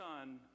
son